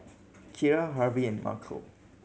Kira Harvie and Markell